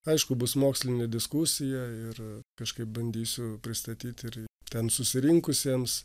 aišku bus mokslinė diskusija ir kažkaip bandysiu pristatyti ir ten susirinkusiems